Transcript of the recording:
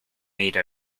made